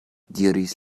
diris